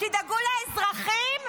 שתדאגו לאזרחים?